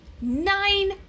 nine